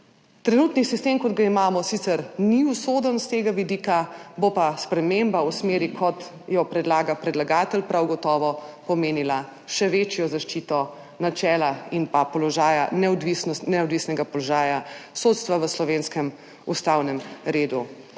Trenutni sistem, kot ga imamo, sicer ni usoden s tega vidika, bo pa sprememba v smeri, kot jo predlaga predlagatelj, prav gotovo pomenila še večjo zaščito načela in neodvisnega položaja sodstva v slovenskem ustavnem redu.